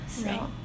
Right